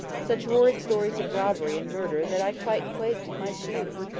such horrid stories of robbery and murder that i quite quaked in my shoes.